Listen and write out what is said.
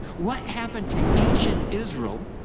what happened to ancient israel